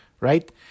right